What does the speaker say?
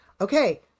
Okay